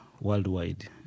worldwide